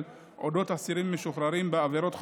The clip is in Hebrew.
על אודות אסירים משוחררים בעבירות חמורות.